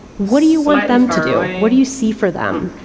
what do you want them to do? what do you see for them?